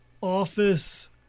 Office